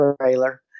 trailer